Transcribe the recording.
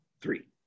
Three